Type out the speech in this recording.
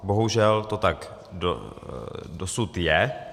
Bohužel to tak dosud je.